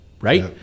right